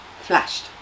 flashed